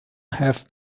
half